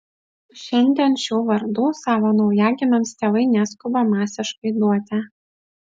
šiandien šių vardų savo naujagimiams tėvai neskuba masiškai duoti